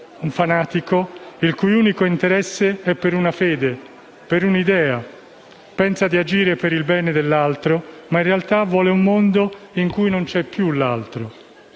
un fanatico il cui unico interesse è per una fede, per un'idea; pensa di agire per il bene dell'altro, ma in realtà vuole un mondo in cui non c'è più l'altro.